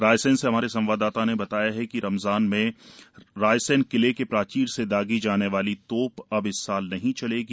रायसेन से हमारे संवाददाता ने बताया है कि रमजान में रायसेन किले की प्राचीर से दागी जाने बाली तोप अब इस साल नहीं चलेगी